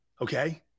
Okay